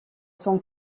son